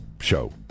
show